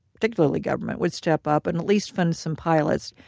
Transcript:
particularly government, would step up and at least fund some pilots.